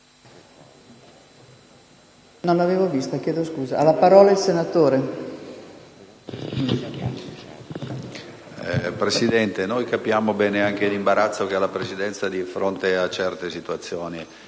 Presidente, comprendiamo bene l'imbarazzo che prova la Presidenza di fronte a certe situazioni.